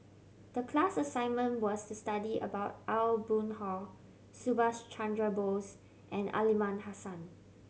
the class assignment was to study about Aw Boon Haw Subhas Chandra Bose and Aliman Hassan